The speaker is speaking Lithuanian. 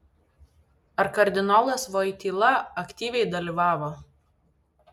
ar kardinolas voityla aktyviai dalyvavo